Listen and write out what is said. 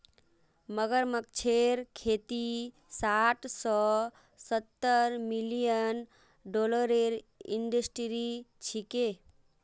मगरमच्छेर खेती साठ स सत्तर मिलियन डॉलरेर इंडस्ट्री छिके